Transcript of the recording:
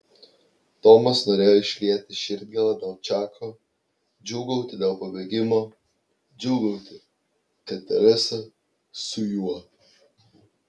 tomas norėjo išlieti širdgėlą dėl čako džiūgauti dėl pabėgimo džiūgauti kad teresa su juo